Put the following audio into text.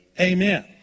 Amen